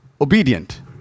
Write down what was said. obedient